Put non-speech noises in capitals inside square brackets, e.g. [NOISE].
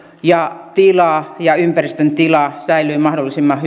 ja tila ja ympäristön tila säilyvät mahdollisimman [UNINTELLIGIBLE]